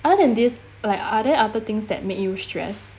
other than this like are there other things that make you stressed